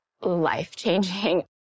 life-changing